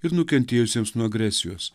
ir nukentėjusiesiems nuo agresijos